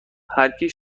هرکی